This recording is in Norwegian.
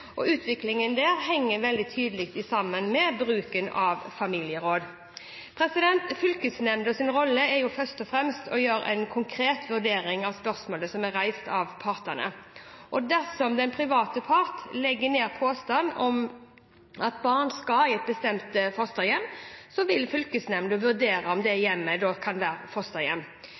Utviklingen der henger veldig tydelig sammen med bruken av familieråd. Fylkesnemndas rolle er først og fremst å gjøre en konkret vurdering av de spørsmål som er reist av partene. Dersom den private part legger ned påstand om at barnet skal i et bestemt fosterhjem, vil fylkesnemnda vurdere om det